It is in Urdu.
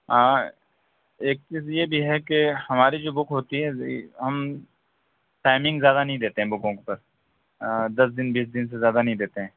ہاں ایک چیز یہ بھی ہے کہ ہماری جو بک ہوتی ہے ہم ٹائمنگ زیادہ نہیں دیتے ہیں بکوں پر دس دِن بیس دِن سے زیادہ نہیں دیتے ہیں